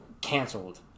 Canceled